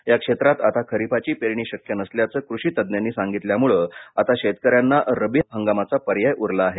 या क्षेत्रात आता खरिपाची पेरणी शक्य नसल्याचं कृषी तज्ञांनी सांगितल्यामुळे आता शेतकऱ्यांना रब्बी हंगामाचा पर्याय उरला आहे